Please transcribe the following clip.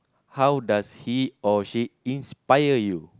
how does he or she inspire you